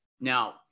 Now